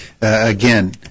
again